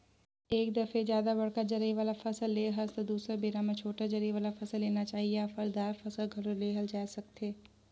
एक दफे जादा बड़का जरई वाला फसल ले हस त दुसर बेरा म छोटे जरई वाला फसल लेना चाही या फर, दार फसल घलो लेहल जाए सकथे